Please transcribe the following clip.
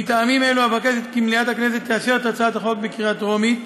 מטעמים אלו אבקש כי מליאת הכנסת תאשר את הצעת החוק בקריאה טרומית,